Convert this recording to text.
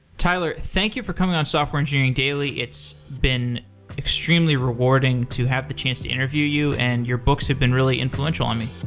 tyler, thank you for coming on software engineering daily. it's been extremely rewarding to have the chance to interview you, and your books have been really influential on me.